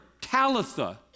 Talitha